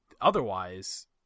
otherwise